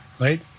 right